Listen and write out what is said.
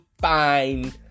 fine